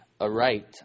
aright